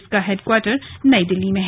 इसका हेडक्वार्टर नई दिल्ली में है